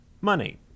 Money